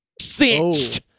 cinched